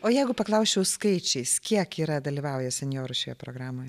o jeigu paklausčiau skaičiais kiek yra dalyvauja senjorų šioje programoje